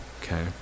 okay